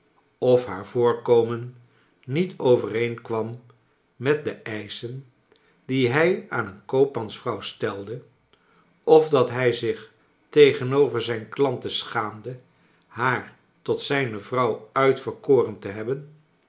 of haar voorkomen niet overeen kwam met de eischen die hij aan een koopmansvrouw stelde of dat hij zich tegenover zijn klanten schaamde haar tot zijne vrouw yitverkoren te hebben